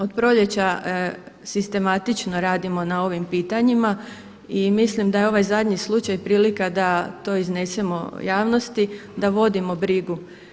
Od proljeća sistematično radimo na ovim pitanjima i mislim da je ovaj zadnji slučaj prilika da to iznesemo javnosti da vodimo brigu.